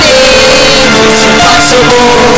impossible